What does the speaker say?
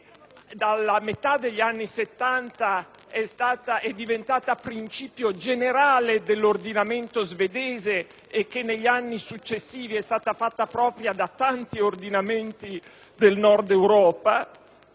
dalla metà degli anni Settanta è diventata principio generale dell'ordinamento svedese e che negli anni successivi è stata fatta propria da tanti ordinamenti del Nord Europa,